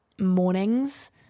mornings